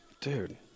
Dude